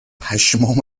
پشمام